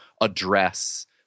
address